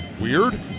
weird